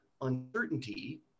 uncertainty